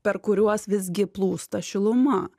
per kuriuos visgi plūsta šiluma